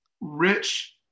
rich